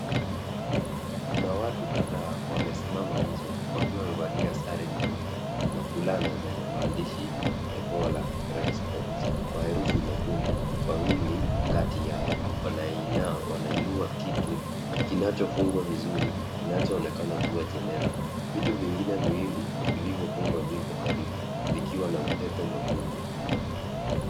Kuna watu kadhaa wamesimama nje wakiwa wamevalia sare nyeupe na fulana zenye maandishi [sc]Ebola Response kwa herufi nyekundu, wawili kati yao wana inua kitu kinacho onekana kuwa jeneza, vitu vingine viwili vilivyo fungwa viko karibu vikiwa na upepe mwekundu.